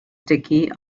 sticky